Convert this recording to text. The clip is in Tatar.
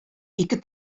ике